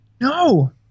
No